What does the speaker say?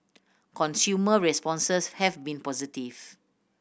consumer responses have been positive